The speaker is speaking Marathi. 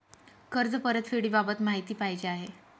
कर्ज परतफेडीबाबत माहिती पाहिजे आहे